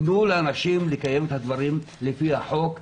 תנו לאנשים לקיים את הדברים לפי החוק.